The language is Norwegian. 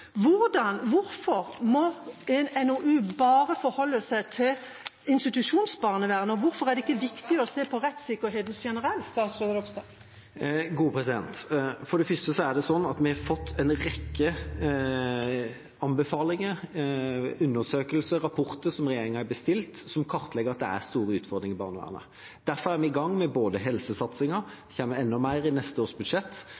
Hvorfor må en NOU bare forholde seg til institusjonsbarnevernet, og hvorfor er det ikke viktig å se på rettssikkerheten generelt? For det første er det sånn at vi har fått en rekke anbefalinger, undersøkelser og rapporter som regjeringen har bestilt, som kartlegger at det er store utfordringer i barnevernet. Derfor er vi i gang med både